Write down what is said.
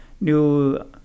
new